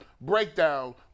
breakdown